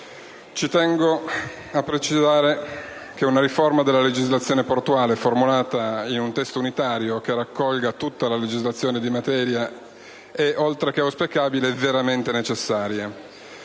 Ci tengo però a precisare che una riforma della legislazione portuale formulata in un testo unitario che raccolga tutta la legislazione in materia, oltre che auspicabile, è veramente necessaria.